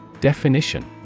Definition